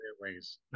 ways